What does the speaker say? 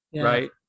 right